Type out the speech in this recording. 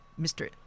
Mr